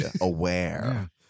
aware